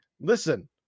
Listen